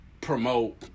promote